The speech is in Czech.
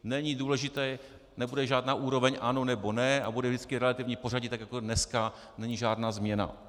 Není důležité, nebude žádná úroveň ano, nebo ne a bude vždycky relativní pořadí tak jako dneska, není žádná změna.